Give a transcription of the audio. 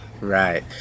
Right